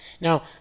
Now